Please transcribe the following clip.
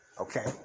Okay